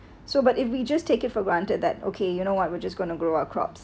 so but if we just take it for granted that okay you know what we're just going to grow our crops